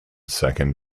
second